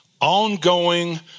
Ongoing